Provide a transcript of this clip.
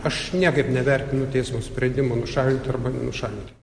aš niekaip nevertinu teismo sprendimo nušalint arba nenušalint